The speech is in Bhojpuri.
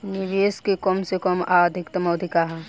निवेश के कम से कम आ अधिकतम अवधि का है?